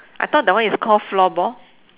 I thought that one is called floorball